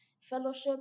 Fellowship